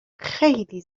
خیلی